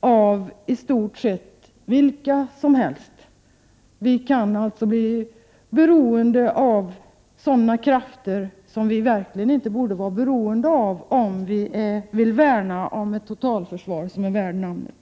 av i stort sett vilka som helst — vi kan alltså bli beroende av sådana krafter som vi verkligen inte borde vara beroende av, om vi vill värna om ett totalförsvar värt namnet.